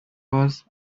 was